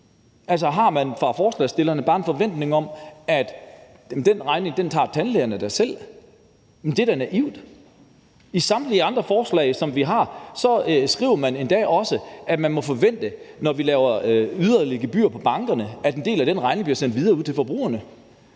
Altså, har man fra forslagsstillernes side bare en forventning om, at den regning tager tandlægerne sig selv af? Det er da naivt. I samtlige andre forslag, som fremsættes her, skriver man da, at man, når det f.eks. handler om at give yderligere gebyrer til bankerne, må forvente, at en del af den regning bliver sendt videre ud til forbrugerne.